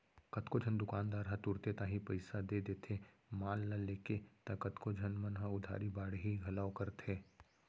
कतको झन दुकानदार ह तुरते ताही पइसा दे देथे माल ल लेके त कतको झन मन ह उधारी बाड़ही घलौ करथे